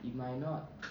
it might not